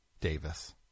Davis